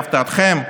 להפתעתכם,